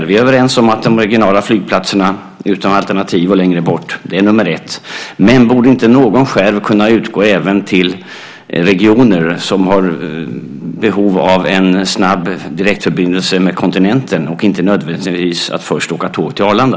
Vi är överens om att de regionala flygplatserna utan alternativ och längre bort är nr 1, men borde inte någon skärv kunna utgå även till regioner som har behov av en snabb direktförbindelse med kontinenten så att man inte nödvändigtvis först behöver åka tåg till Arlanda?